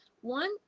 one